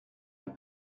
like